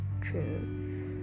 true